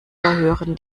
höheren